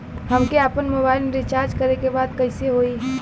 हमके आपन मोबाइल मे रिचार्ज करे के बा कैसे होई?